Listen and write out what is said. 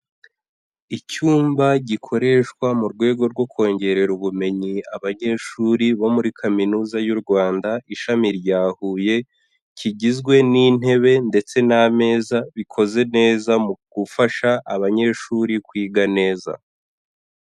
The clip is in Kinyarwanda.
Icyumba gikoreshwa mu rwego rwo kongerera ubumenyi abanyeshuri bo muri kaminuza y'Urwanda, ishami rya huye, kigizwe n'intebe ndetse n'ameza bikoze neza mu gufasha abanyeshuri kwiga neza.